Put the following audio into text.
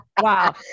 Wow